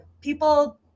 people